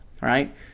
right